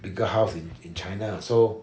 bigger house in china so